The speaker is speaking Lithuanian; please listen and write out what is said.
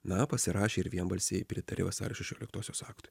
na pasirašė ir vienbalsiai pritarė vasario šešioliktosios aktui